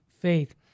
faith